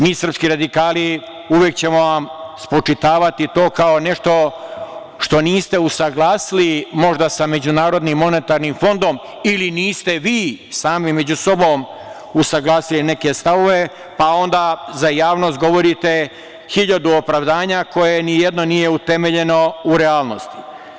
Mi srpski radikali uvek ćemo vam spočitavati to kao nešto što niste usaglasili, možda sa MMF ili niste vi sami među sobom usaglasili neke stavove, pa onda za javnost govorite hiljadu opravdanja koje ni jedno nije utemeljeno u realnost.